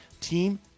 Team